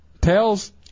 Tails